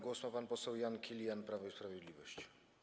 Głos ma pan poseł Jan Kilian, Prawo i Sprawiedliwość.